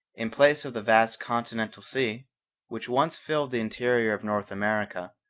in place of the vast continental sea which once filled the interior of north america,